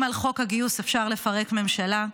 אם על חוק הגיוס אפשר לפרק ממשלה,